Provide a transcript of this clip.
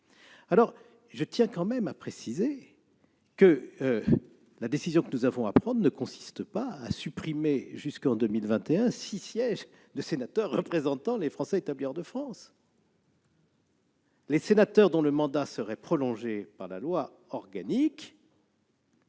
Je tiens quand même à préciser que la décision que nous avons à prendre ne consiste pas à supprimer jusqu'en 2021 six sièges de sénateurs représentant les Français établis hors de France ! Les sénateurs dont le mandat serait prolongé par la loi organique